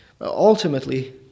Ultimately